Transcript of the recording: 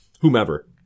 whomever